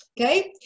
Okay